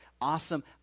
awesome